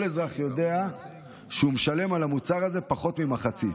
כל אזרח יודע שהוא משלם על המוצר הזה פחות ממחצית.